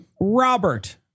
Robert